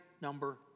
number